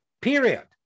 period